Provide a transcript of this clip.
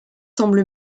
semble